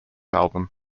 album